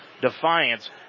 defiance